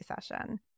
session